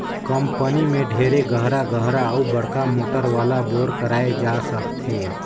company में ढेरे गहरा गहरा अउ बड़का मोटर वाला बोर कराए जा सकथे